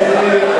עוד מעט ליל הסדר.